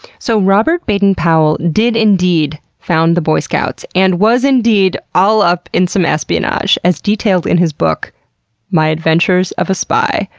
so robert baden-powell did indeed found the boy scouts and was indeed all up in some espionage, as detailed in his book my adventures of a spy.